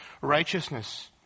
righteousness